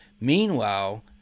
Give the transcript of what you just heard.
Meanwhile